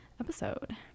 episode